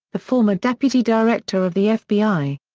the former deputy director of the fbi.